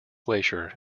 glacier